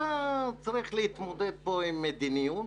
אתה צריך להתמודד כאן עם מדיניות